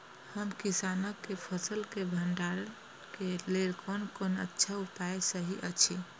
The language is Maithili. हम किसानके फसल के भंडारण के लेल कोन कोन अच्छा उपाय सहि अछि?